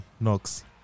knocks